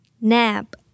Nab